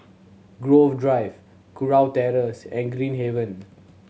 Grove Drive Kurau Terrace and Green Haven